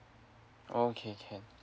okay can